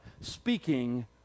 speaking